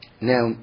Now